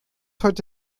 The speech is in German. heute